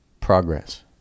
progress